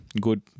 good